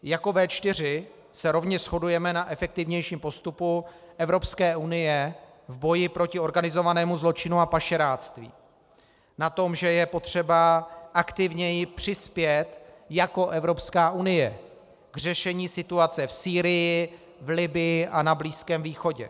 Jako V4 se rovněž shodujeme na efektivnějším postupu Evropské unie v boji proti organizovanému zločinu a pašeráctví, na tom, že je potřeba aktivněji přispět jako Evropská unie k řešení situace v Sýrii, v Libyi a na Blízkém východě.